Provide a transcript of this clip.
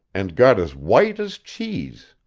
and got as white as cheese.